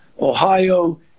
Ohio